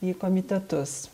į komitetus